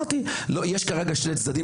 לצערנו הרב, יש כרגע שני צדדים,